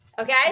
Okay